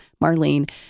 Marlene